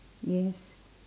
yes